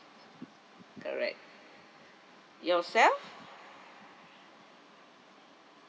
correct yourself